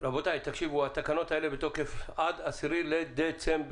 רבותיי, תקשיבו, התקנות האלה בתוקף עד 10 בדצמבר.